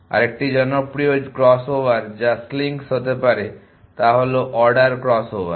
আরেকটি জনপ্রিয় crossover যা স্লিঙ্কস হতে পারে তা হল অর্ডার ক্রস ওভার